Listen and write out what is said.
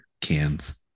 cans